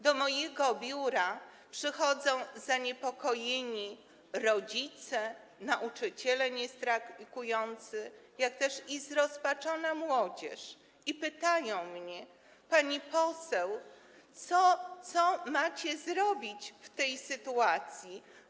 Do mojego biura przychodzą zarówno zaniepokojeni rodzice, nauczyciele niestrajkujący, jak i zrozpaczona młodzież i pytają mnie: Pani poseł, co macie zrobić w tej sytuacji?